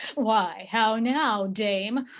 why how now dame?